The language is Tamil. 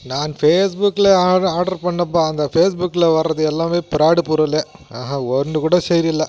நான் ஃபேஸ்புக்கில் ஆட்ரு பண்ணப்போ அந்த ஃபேஸ்புக்கில் வரது எல்லாமே ஃப்ராடு பொருள் ஒன்று கூட சரி இல்லை